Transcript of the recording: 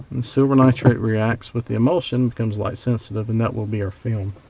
and silver nitrate reacts with the emulsion, becomes light sensitive, and that will be our film.